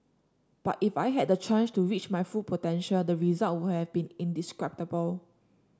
but if I had the chance to reach my full potential the result would have been indescribable